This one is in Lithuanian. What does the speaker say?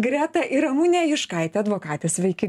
greta ir ramunė juškaitė advokatės sveiki